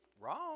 wrong